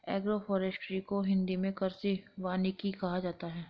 agroforestry को हिंदी मे कृषि वानिकी कहा जाता है